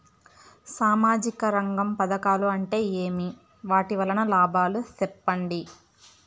సామాజిక రంగం పథకాలు అంటే ఏమి? వాటి వలన లాభాలు సెప్పండి?